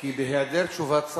כי בהיעדר תשובת שר,